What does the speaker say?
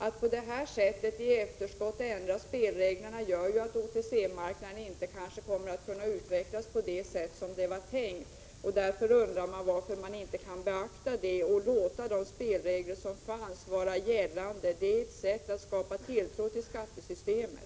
Att på det sättet i efterhand ändra spelreglerna gör att OTC-marknaden kanske inte kommer att kunna utvecklas på det sätt som var tänkt. Därför undrar jag varför man inte kan beakta det och låta de spelregler som fanns vara gällande. Det är ett sätt att skapa tilltro till skattesystemet.